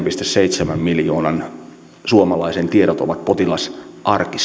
seitsemän miljoonan suomalaisen tiedot ovat potilasarkistossa